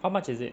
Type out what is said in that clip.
how much is it